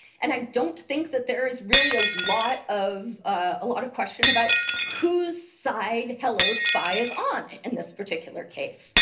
and i don't think that there is really a lot of ah lot of question about whose side hellospy is on in this particular case.